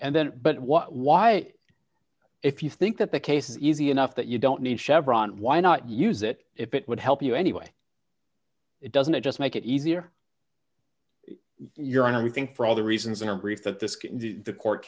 and then but what wyatt if you think that the case is easy enough that you don't need chevron why not use it if it would help you anyway it doesn't just make it easier you're on everything for all the reasons in our brief that this the court